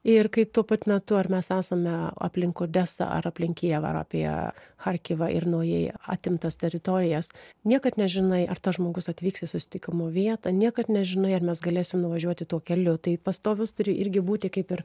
ir kai tuo pat metu ar mes esame aplink odesą ar aplink kijevą ar apie charkivą ir naujai atimtas teritorijas niekad nežinai ar tas žmogus atvyks į susitikimo vietą niekad nežinai ar mes galėsim nuvažiuoti tuo keliu tai pastovus turi irgi būti kaip ir